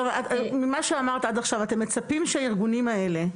ממה שאמרת עד עכשיו, אתם מצפים שהארגונים האלה,